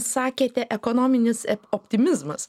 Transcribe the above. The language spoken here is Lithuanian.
sakėte ekonominis optimizmas